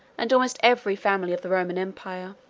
and almost every family, of the roman empire.